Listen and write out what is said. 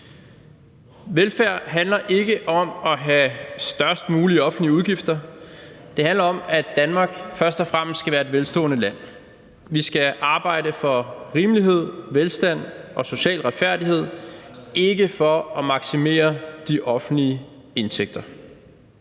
Velfærd handler ikke om at have størst mulige offentlige udgifter. Det handler om, at Danmark først og fremmest skal være et velstående land. Vi skal arbejde for rimelighed, velstand og social retfærdighed, ikke for at maksimere de offentlige indtægter.